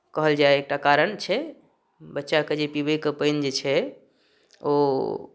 कहल जाय एकटा कारण छै बच्चाके जे पीबैके पानि जे छै ओ